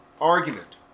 argument